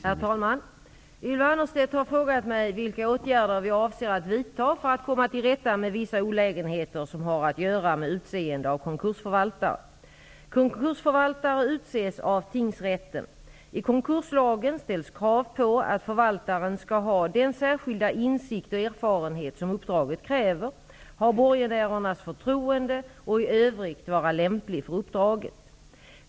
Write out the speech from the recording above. Herr talman! Ylva Annerstedt har frågat mig vilka åtgärder jag avser att vidta för att komma till rätta med vissa olägenheter som har att göra med utseende av konkursförvaltare. konkurslagen ställs krav på att förvaltaren skall ha den särskilda insikt och erfarenhet som uppdraget kräver, ha borgenärernas förtroende och i övrigt vara lämplig för uppdraget.